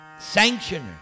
sanctioner